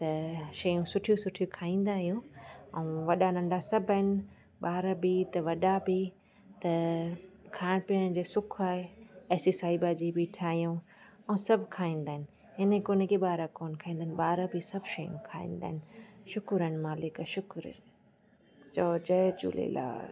त शयूं सुठियूं सुठियूं खाईंदा आहियूं ऐं वॾा नंढा सभु आहिनि ॿार बि त वॾा बि त खाइण पीअण जी सुख आहे असीं साई भाॼी बि ठाहियूं ऐं सभु खाईंदा आहिनि इन कोने कि ॿार कोन खाईंदा आहिनि ॿार बि सभु शयूं खाईंदा आहिनि शुक्र आहिनि मालिक शुक्र चओ जय झूलेलाल